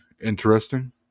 interesting